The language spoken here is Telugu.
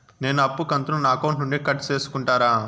నేను అప్పు కంతును నా అకౌంట్ నుండి కట్ సేసుకుంటారా?